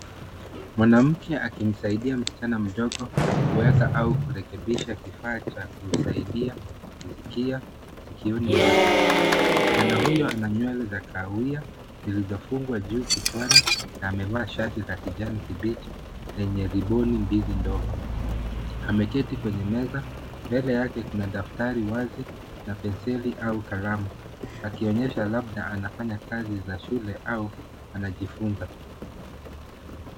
Mwanamke akimsaidia mschana mdogo , keweka au kurekebisha kifaa cha kumsaidia kusikia sikioni mwake. Mschana huyo ana nywele za kahawia zilizofungwa juu kichwani na amevaa shati la kijani kibichi lenye riboni mbili ndogo. Ameketi kwenye meza, mbele yake kuna daftari wazi na penseli au kalamu. Akionyesha labda anafanya kazi za shule au anajifunza.